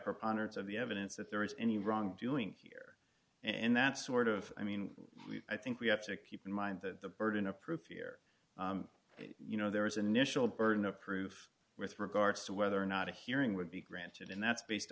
preponderance of the evidence that there was any wrongdoing here and that sort of i mean i think we have to keep in mind the burden of proof here you know there is an initial burden of proof with regards to whether or not a hearing would be granted and that's based